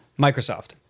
Microsoft